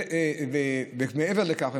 מעבר לכך,